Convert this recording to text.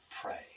pray